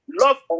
love